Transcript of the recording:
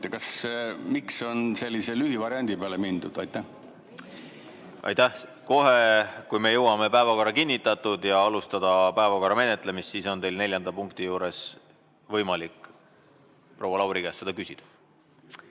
Miks on sellise lühivariandi peale mindud? Aitäh! Kohe, kui me jõuame päevakorra kinnitatud ja alustame päevakorra menetlemist, on teil neljanda punkti juures võimalik proua Lauri käest seda küsida. Rohkem